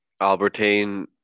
Albertine